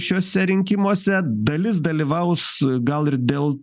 šiuose rinkimuose dalis dalyvaus gal ir dėl